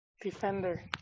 Defender